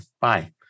Bye